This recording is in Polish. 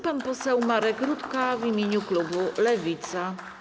Pan poseł Marek Rutka w imieniu klubu Lewica.